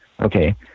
Okay